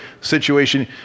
situation